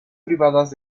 privadas